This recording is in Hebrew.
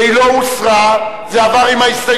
והיא לא הוסרה, זה עבר עם ההסתייגות?